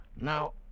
Now